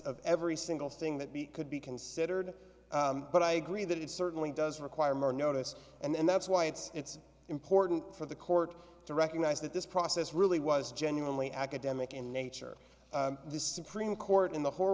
of every single thing that we could be considered but i agree that it certainly does require more notice and that's why it's it's important for the court to recognize that this process really was genuinely academic in nature the supreme court in the hor